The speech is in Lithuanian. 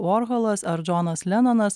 orcholas ar džonas lenonas